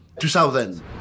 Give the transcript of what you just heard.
2000